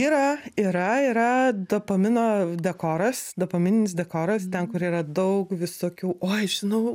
yra yra yra dopamino dekoras dopamininis dekoras ten kur yra daug visokių oi žinau